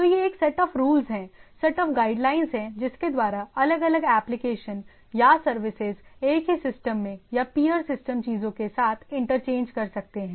तो यह set of rules है सेट ऑफ गाइडलाइंस हैजिसके द्वारा अलग अलग एप्लिकेशन या सर्विसेज एक ही सिस्टम में या पियर सिस्टम चीजों के साथ इंटरचेंज कर सकते हैं